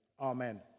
Amen